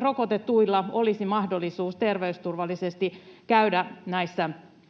rokotetuilla olisi mahdollisuus terveysturvallisesti käydä näissä toiminnoissa.